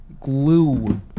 glue